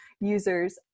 users